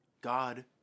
God